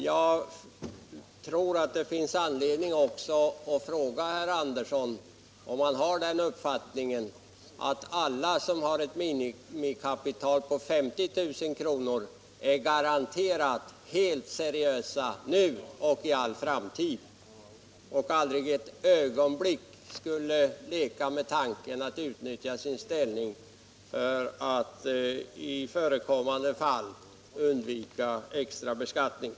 Men det kanske också finns anledning fråga herr Andersson om han har den uppfattningen att alla bolag med ett minimikapital på 5 000 kr. är garanterat seriösa nu och i all framtid. Leker de aldrig ett ögonblick med tanken att utnyttja sin ställning och i förekommande fall försöka undvika extra beskattning?